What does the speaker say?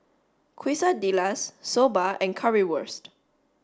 Quesadillas Soba and Currywurst